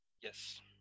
yes